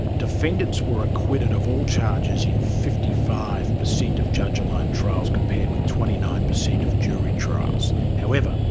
defendants were acquitted of all charges in fifty five percent of judge-alone trials compared with twenty nine percent of jury trials. however,